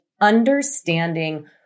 understanding